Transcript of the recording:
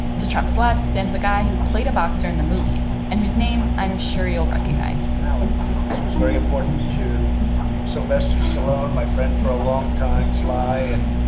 to trump's left stands a guy who played a boxer in the movies and whose name i'm sure you'll recognize this was very important to sylvester stallone, my friend for a long time. sly and.